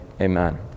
Amen